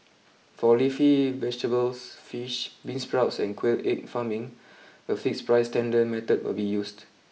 for leafy vegetables fish beansprouts and quail egg farming a fixed price tender method will be used